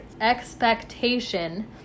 expectation